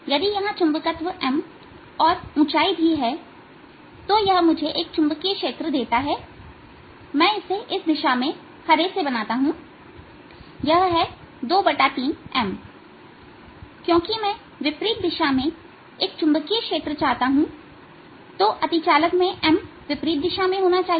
यदि यहां चुंबकत्व M और ऊंचाई भी है तो यह मुझे एक चुंबकीय क्षेत्र देता है मैं इसे इस दिशा में हरे से बनाता हूं यह है ⅔ M क्योंकि मैं विपरीत दिशा में एक चुंबकीय क्षेत्र चाहता हूं तो अतिचालक में M विपरीत दिशा में होना चाहिए